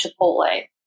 Chipotle